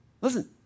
Listen